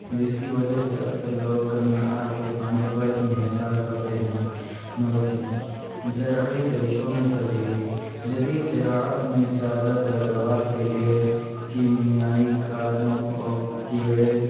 جس کی وجہ سے اکثر لوگ کم معیار کے کھانے پر انحصار کرتے ہیں نمبر تین زرعی طریقوں میں تبدیلی جدید زراعت میں زیادہ پیداوار کے لیے کیمیائی کھادوں اور کیڑے